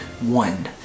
one